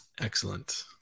Excellent